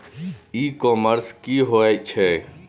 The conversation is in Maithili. ई कॉमर्स की होए छै?